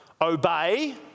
Obey